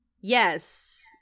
Yes